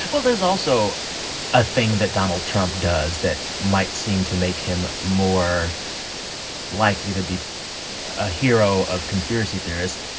well, there's also a thing that donald trump does that might seem to make him more likely to be a hero of conspiracy theorists.